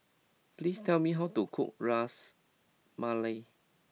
please tell me how to cook Ras Malai